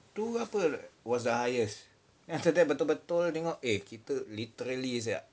tu apa was the highest then after that betul-betul tengok eh kita literally sia